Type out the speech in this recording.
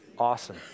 awesome